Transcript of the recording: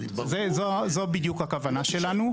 זו הכוונה שלנו בדיוק.